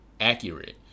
accurate